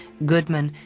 goodman,